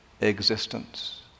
existence